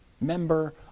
member